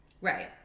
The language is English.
Right